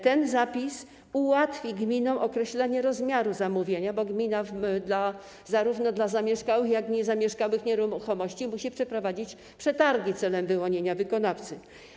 Ten zapis ułatwi gminom określenie rozmiaru zamówienia, bo gmina zarówno dla zamieszkałych, jak i niezamieszkałych nieruchomości musi przeprowadzić przetargi w celu wyłonienia wykonawcy.